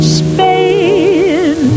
spain